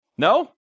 No